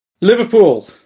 Liverpool